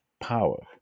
power